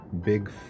big